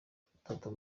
batatu